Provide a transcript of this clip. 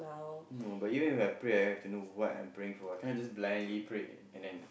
no but even If I pray I have to know what I'm praying for cannot just blindly pray and then